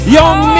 young